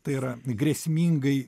tai yra grėsmingai